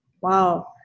wow